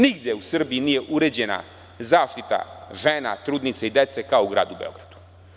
Nigde u Srbiji nije uređena zaštita žena, trudnica i dece kao u gradu Beogradu.